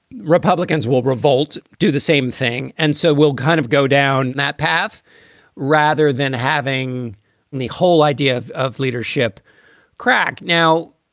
republicans will revolt, do the same thing. and so we'll kind of go down that path rather than having the whole idea of of leadership crack. now,